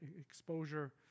exposure